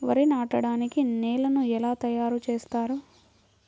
వరి నాటడానికి నేలను ఎలా తయారు చేస్తారు?